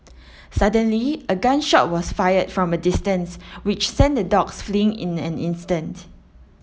suddenly a gun shot was fired from a distance which sent the dogs fleeing in an instant